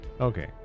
Okay